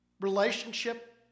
relationship